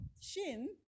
Shin